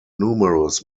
numerous